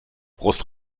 brust